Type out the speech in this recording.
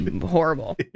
horrible